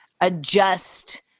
adjust